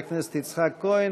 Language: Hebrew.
ותועבר לוועדת החוקה,